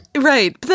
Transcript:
Right